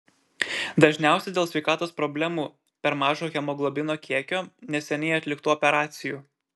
dažniausiai dėl sveikatos problemų per mažo hemoglobino kiekio neseniai atliktų operacijų